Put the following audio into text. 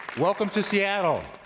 welcome to seattle.